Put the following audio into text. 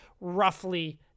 roughly